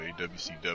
WCW